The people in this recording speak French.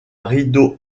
rideau